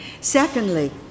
secondly